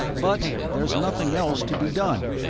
but there's nothing else to be done.